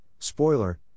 Spoiler